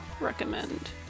recommend